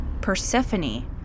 Persephone